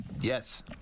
Yes